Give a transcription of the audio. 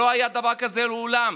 לא היה דבר כזה מעולם.